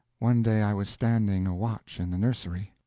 one day i was standing a watch in the nursery.